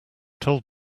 told